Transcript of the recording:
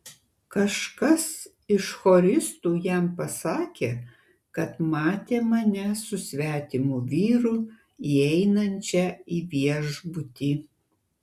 kažkas iš choristų jam pasakė kad matė mane su svetimu vyru įeinančią į viešbutį